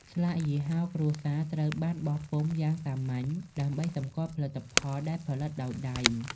ស្លាកយីហោ គ្រួសារត្រូវបានបោះពុម្ពយ៉ាងសាមញ្ញដើម្បីសម្គាល់ផលិតផលដែលផលិតដោយដៃ។